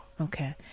Okay